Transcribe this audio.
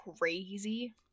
crazy